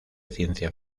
ciencia